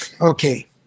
Okay